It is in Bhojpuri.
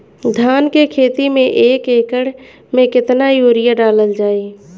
धान के खेती में एक एकड़ में केतना यूरिया डालल जाई?